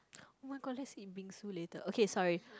oh-my-god let's eat bingsu later okay sorry